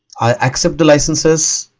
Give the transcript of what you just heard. i accept the licenses